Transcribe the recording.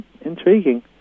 intriguing